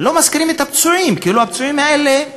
לא מזכירים את הפצועים, כאילו הפצועים האלה,